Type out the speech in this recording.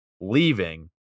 leaving